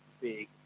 big